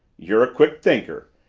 you're a quick thinker,